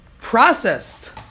processed